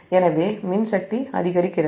எனவே மின் சக்தி அதிகரிக்கிறது